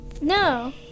No